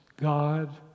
God